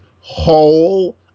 whole